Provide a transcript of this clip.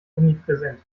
omnipräsent